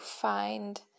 find